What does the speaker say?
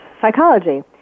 psychology